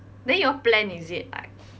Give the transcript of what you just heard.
then you all plan is it like